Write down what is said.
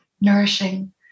Nourishing